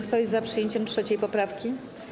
Kto jest za przyjęciem 3. poprawki?